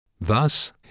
Thus